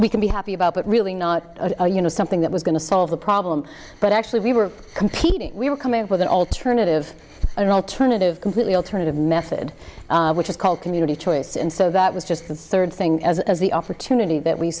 we can be happy about but really not you know something that was going to solve the problem but actually we were competing we were coming up with an alternative an alternative completely alternative method which is called community choice and so that was just the third thing as the opportunity that we